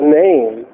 name